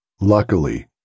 Luckily